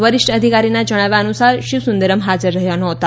વરિષ્ઠ અધિકારીના જણાવ્યા અનુસાર શીવ સુંદરમ હાજર રહ્યા નહોતા